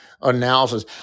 analysis